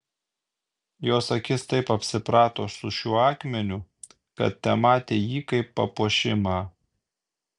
jos akis taip apsiprato su šiuo akmeniu kad tematė jį kaip papuošimą